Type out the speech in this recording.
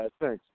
Thanks